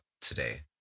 today